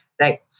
right